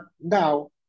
Now